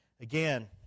Again